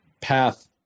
path